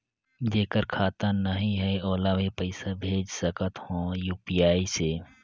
जेकर खाता नहीं है ओला भी पइसा भेज सकत हो यू.पी.आई से?